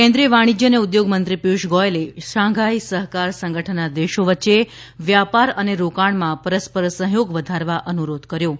કેન્દ્રીય વાણિજ્ય અને ઉદ્યોગમંત્રી પિયુષ ગોયલે શાંઘાઈ સહકાર સંગઠનના દેશો વચ્ચે વ્યાપાર અને રોકાણમાં પરસ્પર સહયોગ વધારવા અનુરોધ કર્યો છે